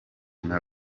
nka